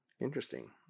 Interesting